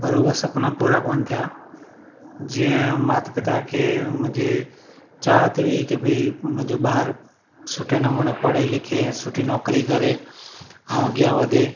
पर उहे सपना पूरा कोन थिया जीअं माता पिता खे मुंहिंजी चाहत हुई की भई मुंहिंजो ॿारु सुठे नमूने पढ़े लिखे ऐं सुठी नौकिरी करे ऐं अॻियां वधे